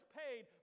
paid